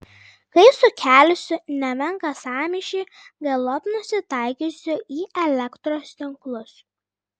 kai sukelsiu nemenką sąmyšį galop nusitaikysiu į elektros tinklus